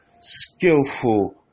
skillful